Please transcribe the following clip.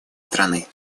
страны